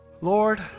Lord